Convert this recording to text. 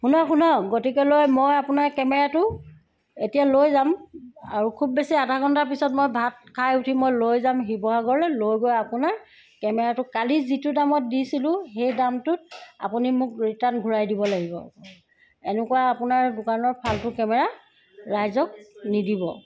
শুনক শুনক গতিকেলৈ মই আপোনাৰ কেমেৰাটো এতিয়া লৈ যাম আৰু খুব বেছি আধা ঘণ্টাৰ পিছত মই ভাত খাই উঠি মই লৈ যাম শিৱসাগৰলৈ লৈ গৈ আপোনাৰ কেমেৰাটো কালি যিটো দামত দিছিলোঁ সেই দামটোত আপুনি মোক ৰিটাৰ্ণ ঘূৰাই দিব লাগিব এনেকুৱা আপোনাৰ দোকানৰ ফাল্টু কেমেৰা ৰাইজক নিদিব